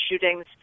shootings